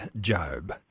Job